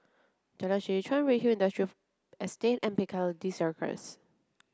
Jalan Seh Chuan Redhill Estate and Piccadilly Circus